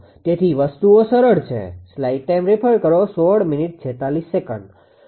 તેથી વસ્તુઓ સરળ છે